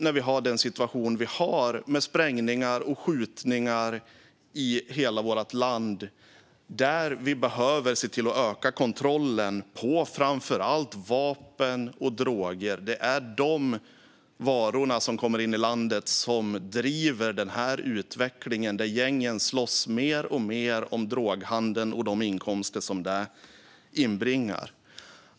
När vi har den situation vi har med sprängningar och skjutningar i hela vårt land behöver vi se till att öka kontrollen över framför allt vapen och droger. Det är de varorna som kommer in i landet och driver den här utvecklingen; gängen slåss mer och mer om droghandeln och de inkomster som den inbringar.